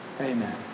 Amen